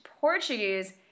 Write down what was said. Portuguese